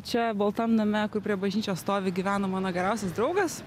čia baltam name kur prie bažnyčios stovi gyveno mano geriausias draugas